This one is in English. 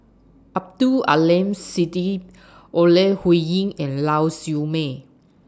Abdul Aleem Siddique Ore Huiying and Lau Siew Mei